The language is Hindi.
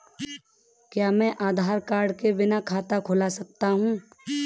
क्या मैं आधार कार्ड के बिना खाता खुला सकता हूं?